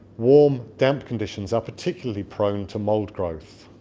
warm, damp conditions are particularly prone to mould growth